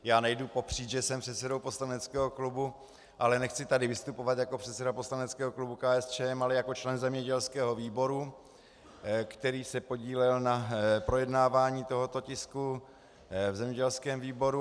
Já nejdu popřít, že jsem předsedou poslaneckého klubu, ale nechci tady vystupovat jako předseda poslaneckého klubu KSČM, ale jako člen zemědělského výboru, který se podílel na projednávání tohoto tisku v zemědělském výboru.